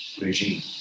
regime